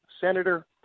Senator